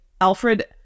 Alfred